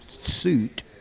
suit